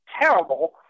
terrible